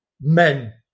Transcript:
men